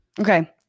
okay